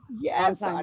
Yes